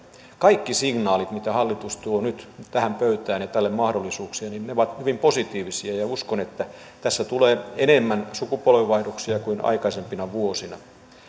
kaikki signaalit mitä hallitus tuo nyt tähän pöytään ja tälle mahdollisuuksia ovat hyvin positiivisia ja ja uskon että tässä tulee enemmän sukupolvenvaihdoksia kuin aikaisempina vuosina